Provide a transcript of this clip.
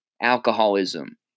alcoholism